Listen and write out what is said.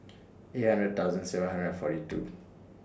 eight hundred thousand seven hundred and forty two